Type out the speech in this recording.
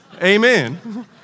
amen